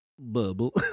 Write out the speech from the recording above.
Bubble